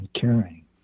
caring